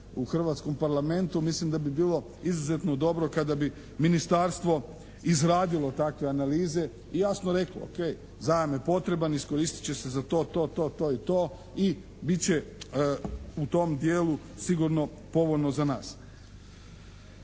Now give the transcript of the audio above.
u hrvatskom parlamentu. Mislim da bi bilo izuzetno dobro kada bi ministarstvo izradilo takve analize i jasno reklo u redu, zajam je potreban, iskoristit će se za to, to i to i bit će u tom dijelu sigurno povoljno za nas.